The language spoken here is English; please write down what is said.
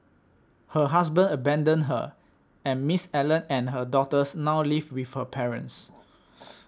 her husband abandoned her and Miss Allen and her daughters now live with her parents